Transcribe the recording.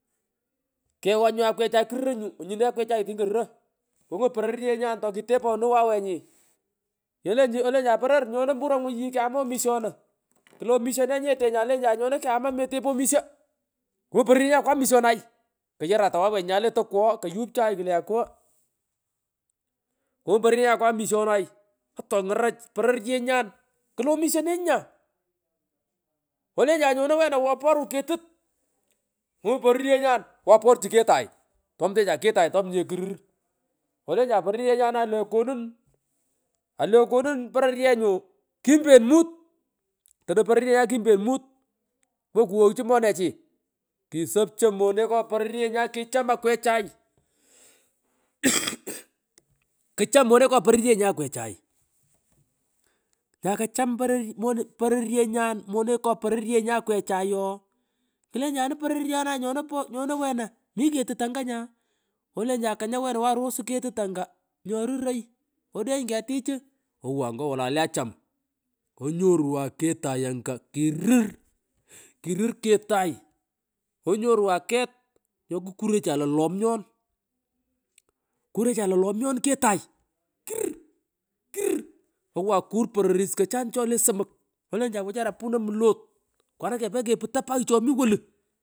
Kewha nyu akwechay kururo nyu onyneeh akwechay tini koruro kungu pororyenyan tokiteponuy wawenyi kelenju olenjan poror nyono mpuro nguny yii kyama omishonu klo omishonee nya olenjan nyono kyama metepoy omisho kungun pororyenyan kware omishonay kuyarata wawenyi nyae le tokwogho koyup chai klee akuwo kumugh kungun pororyenyan kwan omishonay ouch tongarach pororyenyan klo omishonee nyi nya aah olenjan nyono wena owo oporun ketut kughun porory owan oporchu ketay otomtecha ketay tomonye kurur olenjan pororyenyan nyokonun pororyenyan oleokonun kimbenmut otonon pororyenyan kimben mut kiwo kughoghchu monechi kisopcho monungo pororyenyan akwechay kicham kwechay kural uuhh kcham moneko pororyenyan akwechay kumung ngakacham poror yii monung poror pororyenyan monekopororyenyan akwechay ooh klenjanun pororyonagh nyono pooh nyono weng mii ketutanga nyaa olenjan kanya wena wa orosu ketut anga nyoruroy odeny ketichu owan ngo wolay let acham karokaegho ngalanenyi onyorwan kelay anga kirur uuh kirur ketay hhh onyorwan ket nyoni kukurecha lo lomnyon hhh kurecha lo lamnyonketay kirurr kirurr owan kurr pororis cholee somok olenjan wechara opuno mlot pkanaanyu kepee keputo pagh chomi wolugh.